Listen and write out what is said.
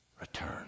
return